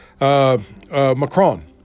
Macron